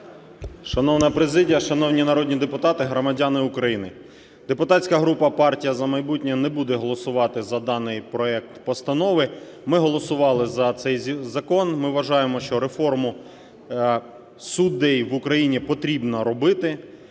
Шановна президія, шановні народні депутати, громадяни України! Депутатська група "Партія "За майбутнє" не буде голосувати за даний проект постанови. Ми голосували за цей закон, ми вважаємо, що реформу судів в Україні потрібно робити.